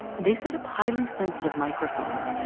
they set up highly sensitive microphones,